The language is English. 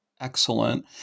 Excellent